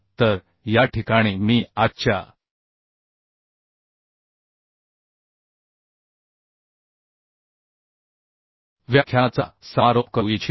तर या ठिकाणी मी आजच्या व्याख्यानाचा समारोप करू इच्छितो